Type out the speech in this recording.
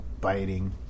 biting